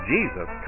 Jesus